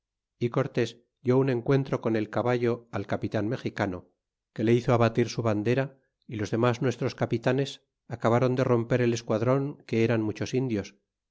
y cortés lió un encuentro con el caballo al capital mexicano que le hizo abatir su bandera y los dermis nuestros capitanes acabaron de romper el esquadron que eran muchos indios